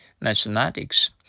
Mathematics